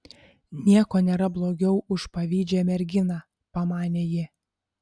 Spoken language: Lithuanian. nieko nėra blogiau už pavydžią merginą pamanė ji